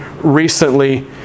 recently